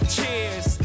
Cheers